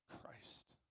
Christ